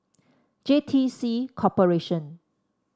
J T C Corporation